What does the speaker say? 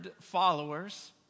followers